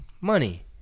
money